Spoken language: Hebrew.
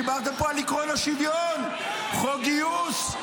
דיברתם פה על עקרון השוויון, חוק גיוס.